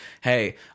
hey